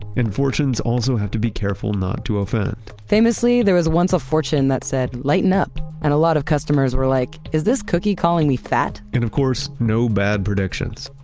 and fortunes also have to be careful not to offend famously, there was once a fortune that said, lighten up. and a lot of customers were like, is this cookie calling me fat? and of course, no bad predictions.